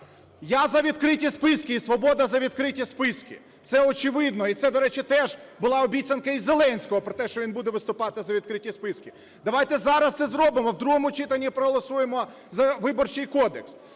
– за відкриті списки. І "Свобода" – за відкриті списки. Це очевидно. І це, до речі, теж була обіцянка і Зеленського, про те, що він буде виступати за відкриті списки. Давайте зараз це зробимо: в другому читанні проголосуємо за Виборчий кодекс.